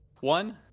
One